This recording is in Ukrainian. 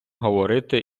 говорити